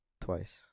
twice